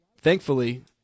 Thankfully